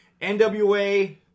NWA